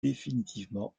définitivement